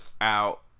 out